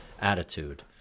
attitude